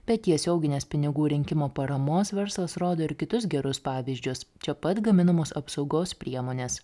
be tiesioginės pinigų rinkimo paramos verslas rodo ir kitus gerus pavyzdžius čia pat gaminamos apsaugos priemonės